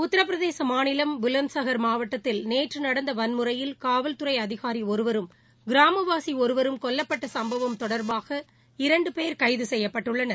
உத்திரபிரதேச மாநிலம் புலந்த்சஹர் மாவட்டத்தில் நேற்று நடந்த வன்முறையில் காவல்துறை அதிகாரி ஒருவரும் கிராமவாசி ஒருவரும் கொல்லப்பட்ட சம்பவம் தொடர்பாக இரண்டு பேர் கைது செய்யப்பட்டுள்ளனர்